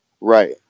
Right